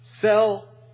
sell